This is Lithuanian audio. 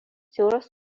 jūros